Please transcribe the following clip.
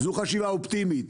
זו חשיבה אופטימית.